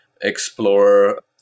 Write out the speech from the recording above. explore